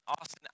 Austin